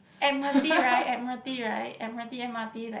Admiralty right Admiralty right Admiralty M_R_T like